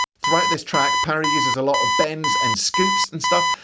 throughout this track parry uses a lot of bends and scoops and stuff.